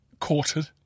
quartered